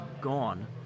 gone